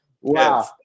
Wow